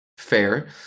fair